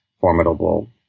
formidable